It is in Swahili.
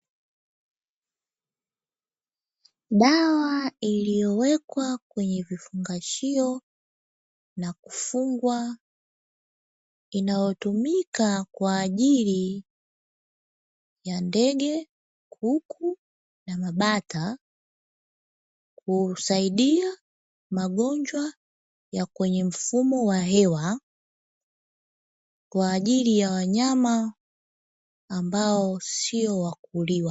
Dawa iliyowekwa kwenye kifungashio na kufungwa, inayotumika kwaajili ya ndege kuku na mabata kusaidia magonjwa ya kwenye mfumo wa hewa kwaajili ya wanyama ambao sio wakuliwa.